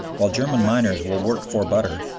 while german miners will work for butter,